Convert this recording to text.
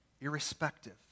irrespective